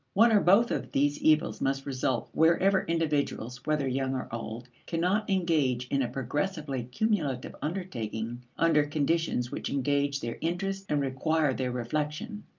one or both of these evils must result wherever individuals, whether young or old, cannot engage in a progressively cumulative undertaking under conditions which engage their interest and require their reflection.